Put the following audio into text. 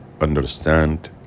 Understand